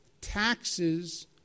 taxes